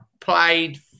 played